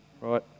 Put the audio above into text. right